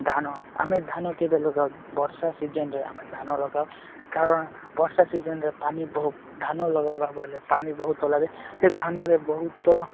ଧାନ ଆମେ ଧାନ କେବେ ଲଗାଉ ବର୍ଷା ସିଜନ୍ରେ ଆମେ ଧାନ ଲଗାଉ କାରଣ ବର୍ଷା ସିଜନ୍ରେ ପାଣି ବହୁତ ଧାନ ଲଗାଇବାକୁ ବଳେ ପାଣି ବହୁତ ଲାଗେ ସେ ଧାନରେ ବହୁତ